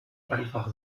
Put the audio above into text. einfach